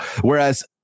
Whereas